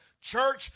Church